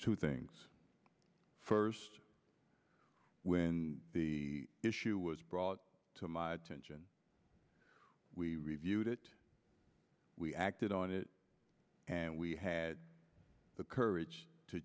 two things first when the issue was brought to my attention we reviewed it we acted on it and we had the courage to